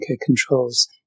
controls